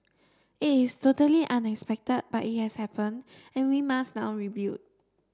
it is totally unexpected but it has happened and we must now rebuild